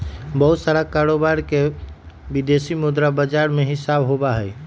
बहुत सारा कारोबार के विदेशी मुद्रा बाजार में हिसाब होबा हई